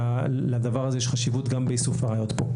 לדבר הזה יש חשיבות גם באיסוף הראיות.